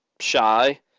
shy